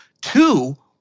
Two